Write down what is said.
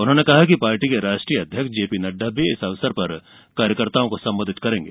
उन्होंने कहा कि पार्टी के राष्ट्रीय अध्यक्ष जेपी नड्डा भी इस अवसर पर कार्यकर्ताओं को संबोधित करेंगे